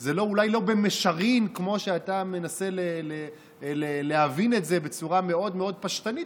זה אולי לא במישרין כמו שאתה מנסה להבין את זה בצורה מאוד מאוד פשטנית,